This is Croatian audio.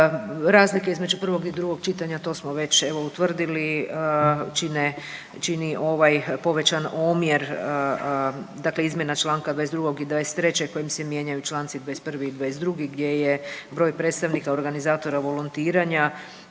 Razlika između prvog i drugog čitanja to smo već evo utvrdili čine, čini ovaj povećani omjer dakle izmjena Članka 22. i 23. kojim se mijenjaju Članci 21. i 22. gdje je broj predstavnika organizatora volontiranja